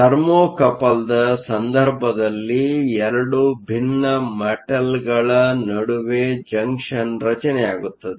thermocouple ಸಂದರ್ಭದಲ್ಲಿ 2 ಭಿನ್ನ ಮೆಟಲ್ಗಳ ನಡುವೆ ಜಂಕ್ಷನ್ ರಚನೆಯಾಗುತ್ತದೆ